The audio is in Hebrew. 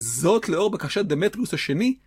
זאת לאור בקשה דמטרוס השני?